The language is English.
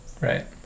Right